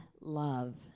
love